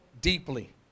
deeply